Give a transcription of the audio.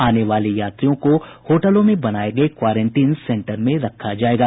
आने वाले यात्रियों को होटलों में बनाये गये क्वारेंटीन सेन्टरों में रखा जायेगा